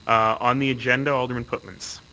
on the agenda, alderman pootmans.